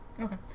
Okay